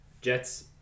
Jets